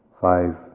five